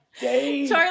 Charlie